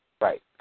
Right